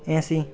AC